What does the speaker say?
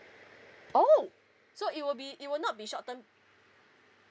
oh so it will be it will not be short term